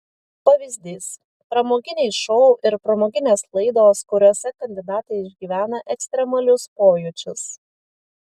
pavyzdys pramoginiai šou ir pramoginės laidos kuriose kandidatai išgyvena ekstremalius pojūčius